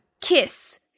kiss